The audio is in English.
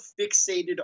fixated